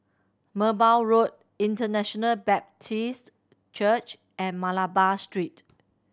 Merbau Road International Baptist Church and Malabar Street